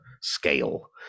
scale